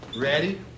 Ready